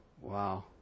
wow